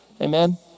Amen